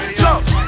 jump